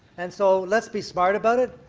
and so let's be smart about it,